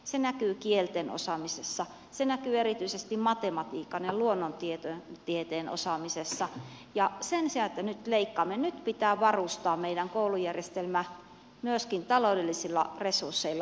se näkyy kielten osaamisessa se näkyy erityisesti matematiikan ja luonnontieteen osaamisessa ja sen sijaan että nyt leikkaamme nyt pitää varustaa meidän koulujärjestelmämme myöskin taloudellisilla resursseilla